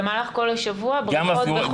במהלך כל השבוע הבריכות בכל מקום יהיו פתוחות.